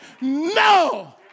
no